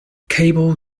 cable